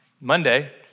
Monday